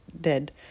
dead